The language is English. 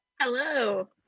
hello